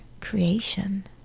creation